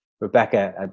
Rebecca